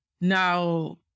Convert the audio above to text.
Now